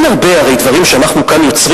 הרי אין הרבה דברים שאנחנו כאן יוצרים